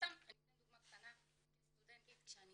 ואני אתן דוגמה קטנה כסטודנטית שאני